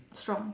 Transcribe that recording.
strong